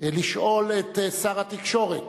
לשאול את שר התקשורת,